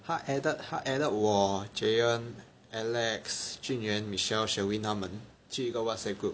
他 added 他 added 我 Jayen Alex Junyuan Michelle Sherwin 他们去一个 Whatsapp group